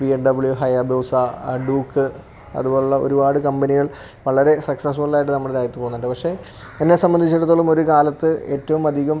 B M W Hayabusa Duke അതുപോലുള്ള ഒരുപാട് കമ്പനികൾ വളരെ സക്സസ്ഫുള്ളായിട്ട് നമ്മുടെ രാജ്യത്ത് പോകുന്നുണ്ട് പക്ഷേ എന്നെ സംബന്ധിച്ചിടത്തോളം ഒരു കാലത്ത് ഏറ്റവുമധികം